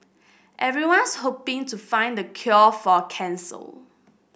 everyone's hoping to find the cure for cancel